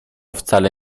wcale